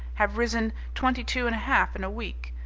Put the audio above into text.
have risen twenty-two and a half in a week.